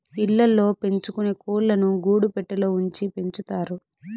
ఇళ్ళ ల్లో పెంచుకొనే కోళ్ళను గూడు పెట్టలో ఉంచి పెంచుతారు